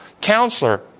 Counselor